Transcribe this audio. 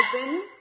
open